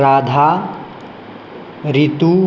राधा ऋतुः